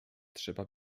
trzeba